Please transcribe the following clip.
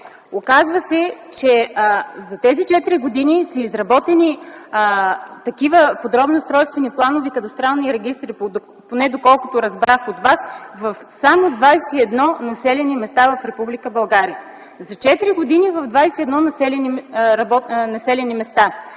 Оказва се, че за тези четири години са изработени такива подробни устройствени планове и кадастрални регистри, поне доколкото разбрах от Вас, само в 21 населени места в Република България. За четири години – в 21 населени места.